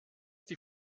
die